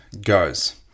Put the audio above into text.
goes